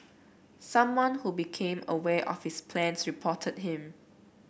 someone who became aware of his plans reported him